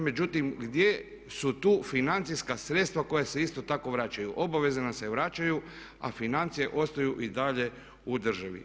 Međutim, gdje su tu financijska sredstva koja se isto tako vraćaju, obaveze nam se vraćaju a financije ostaju i dalje u državi.